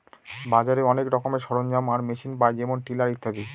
বাজারে অনেক রকমের সরঞ্জাম আর মেশিন পায় যেমন টিলার ইত্যাদি